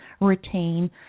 retain